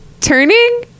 turning